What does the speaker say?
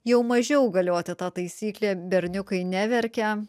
jau mažiau galioti ta taisyklė berniukai neverkia